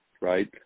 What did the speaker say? right